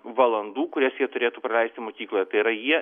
valandų kurias jie turėtų praleisti mokykloje tai yra jie